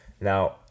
Now